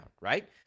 right